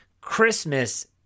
Christmas